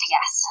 Yes